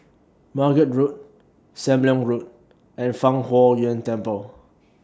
Margate Road SAM Leong Road and Fang Huo Yuan Temple